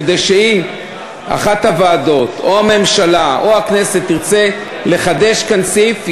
כדי שאם אחת הוועדות או הממשלה או הכנסת תרצה לחדש כאן סעיף,